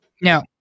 no